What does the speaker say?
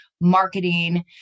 marketing